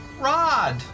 Rod